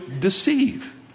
deceive